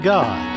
God